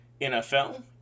NFL